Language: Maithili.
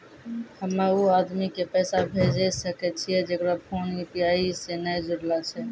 हम्मय उ आदमी के पैसा भेजै सकय छियै जेकरो फोन यु.पी.आई से नैय जूरलो छै?